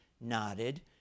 nodded